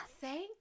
thank